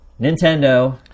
Nintendo